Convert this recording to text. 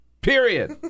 Period